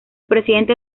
presidente